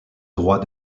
droit